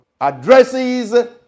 addresses